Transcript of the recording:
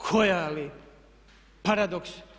Koja li paradoks?